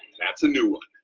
that's a new one.